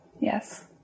Yes